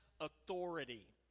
authority